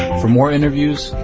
for more interviews,